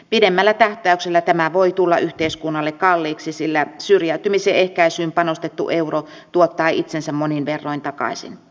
pidemmällä tähtäyksellä tämä voi tulla yhteiskunnalle kalliiksi sillä syrjäytymisen ehkäisyyn panostettu euro tuottaa itsensä monin verroin takaisin